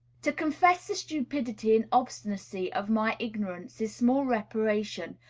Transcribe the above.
to confess the stupidity and obstinacy of my ignorance is small reparation,